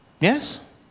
Yes